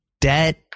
debt